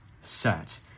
set